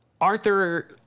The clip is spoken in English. Arthur